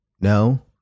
No